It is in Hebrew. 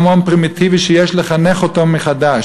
המון פרימיטיבי שיש לחנך אותו מחדש,